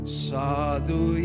sadu